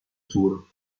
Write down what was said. sur